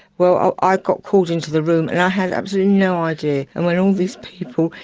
well i got called into the room and i had absolutely no idea, and when all these people.